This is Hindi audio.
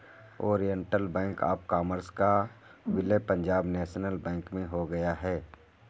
ओरिएण्टल बैंक ऑफ़ कॉमर्स का विलय पंजाब नेशनल बैंक में हो गया है